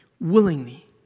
willingly